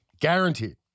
guaranteed